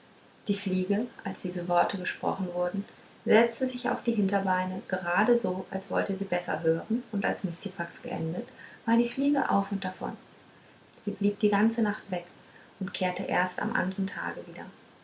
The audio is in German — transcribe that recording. die fliege als diese worte gesprochen wurden setzte sich auf die hinterbeine gerade so als wollte sie besser hören und als mistifax geendet war die fliege auf und davon sie blieb die ganze nacht weg und kehrte erst am andern tage wieder